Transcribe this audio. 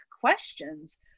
questions